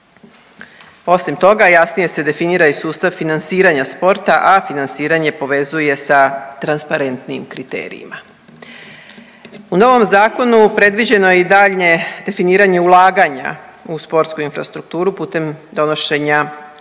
osim toga jasnije se definira i sustav financiranja sporta, a financiranje povezuje sa transparentnijim kriterijima. U novom zakonu predviđeno je i daljnje definiranje ulaganja u sportsku infrastrukturu putem donošenja mreže